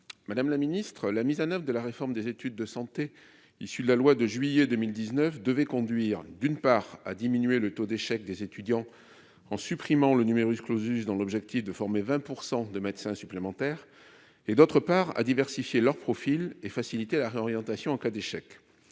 madame la ministre, la mise en oeuvre et de la réforme des études de santé issu de la loi de juillet 2019 devait conduire, d'une part à diminuer le taux d'échec des étudiants en supprimant le numerus clausus dans l'objectif de former 20 % de médecins supplémentaires et, d'autre part à diversifier leur profil et faciliter la réorientation en cas d'échec,